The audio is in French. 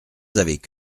avec